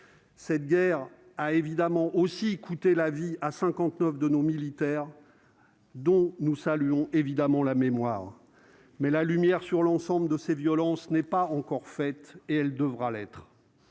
Cette guerre a évidemment aussi coûté la vie à 59 de nos militaires dont nous saluons évidemment la mémoire mais la lumière sur l'ensemble de ces violences n'est pas encore fait, et elle devra l'être